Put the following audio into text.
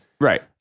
Right